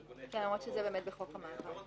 בארגוני טרור --- זה בחוק המאבק בטרור.